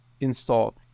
installed